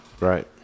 Right